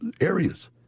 areas